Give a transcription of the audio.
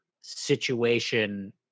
situation